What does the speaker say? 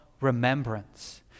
remembrance